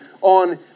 on